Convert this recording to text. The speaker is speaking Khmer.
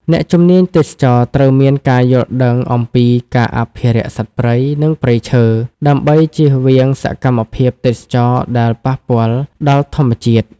អ្នកជំនាញទេសចរណ៍ត្រូវមានការយល់ដឹងអំពីការអភិរក្សសត្វព្រៃ និងព្រៃឈើ ដើម្បីចៀសវាងសកម្មភាពទេសចរណ៍ដែលប៉ះពាល់ដល់ធម្មជាតិ។